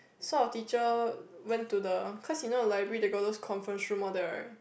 so our teacher went to the cause you know the library they got those conference room all that right